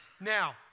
Now